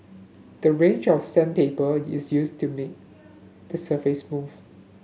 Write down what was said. the range of sandpaper is used to make the surface smooth